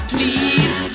Please